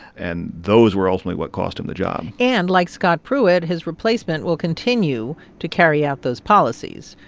and those were ultimately what cost him the job and, like scott pruitt, his replacement will continue to carry out those policies,